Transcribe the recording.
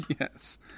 Yes